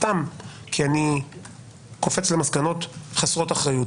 סתם כי אני קופץ למסקנות חסרות אחריות,